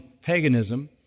paganism